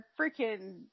freaking